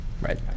Right